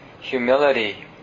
humility